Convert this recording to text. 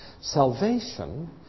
Salvation